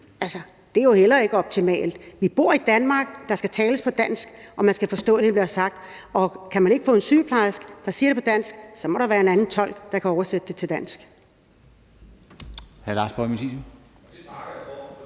Altså, det er jo heller ikke optimalt. Vi bor i Danmark, der skal tales dansk, og man skal forstå, hvad der bliver sagt. Og kan man ikke få en sygeplejerske, der siger det på dansk, så må der være en tolk, der kan oversætte det til dansk.